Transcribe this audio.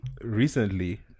Recently